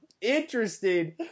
interesting